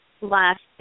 last